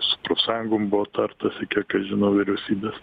su profsąjungom buvo tartasi kiek aš žinau vyriausybės